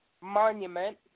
monument